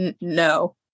no